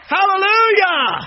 Hallelujah